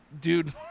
dude